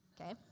Okay